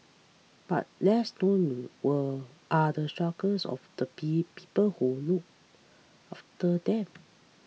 but less known were are the struggles of the pee people who look after them